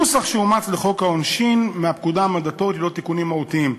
נוסח שאומץ לחוק העונשין מהפקודה המנדטורית ללא תיקונים מהותיים.